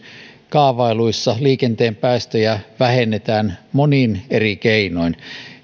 kaavailuissa liikenteen päästöjä vähennetään monin eri keinoin